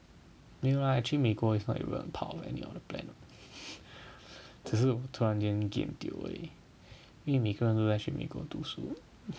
no lah actually 美国 is not even a part of any of the plan 只是突然间 gain tio 而已因为每个人都在去美国读书